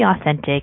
authentic